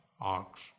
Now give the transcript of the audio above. ox